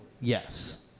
Yes